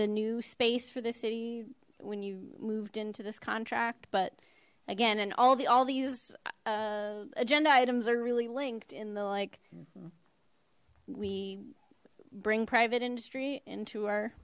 a new space for the city when you moved into this contract but again and all the all these agenda items are really linked in the like we bring private industry into our